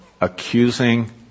accusing